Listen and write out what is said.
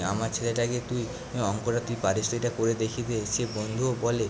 আমার ছেলেটাকে তুই অঙ্কটা তুই পারিস তুই এটা করে দেখিয়ে দে সে বন্ধুও বলে